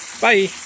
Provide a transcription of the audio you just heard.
Bye